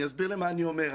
אני אסביר מה אני אומר.